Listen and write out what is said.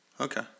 Okay